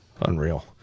Unreal